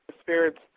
Spirits